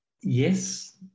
Yes